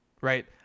right